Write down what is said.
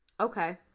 Okay